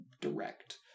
direct